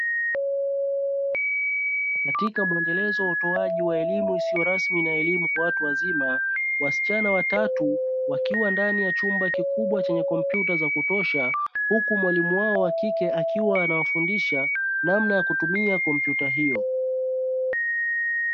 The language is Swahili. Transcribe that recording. Katika muendelezo wa utoaji wa elimu isiyo rasmi na elimu kwa watu wazima, wasichana watatu wakiwa ndani ya chumba kikubwa chenye kompyuta za kutosha, huku mwalimu wao wa kike akiwa anawafundisha namna ya kutumia kompyuta hio.